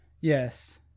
Yes